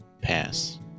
pass